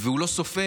והוא לא סופר,